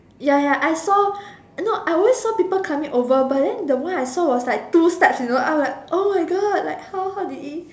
ya ya I saw no I always saw people climbing over but the one I saw was like two steps you know I was like oh my god how how how did he